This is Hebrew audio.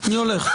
אני הולך.